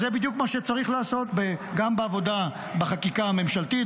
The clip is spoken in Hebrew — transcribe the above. זה בדיוק מה שצריך לעשות גם בחקיקה הממשלתית,